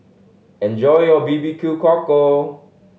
enjoy your B B Q Cockle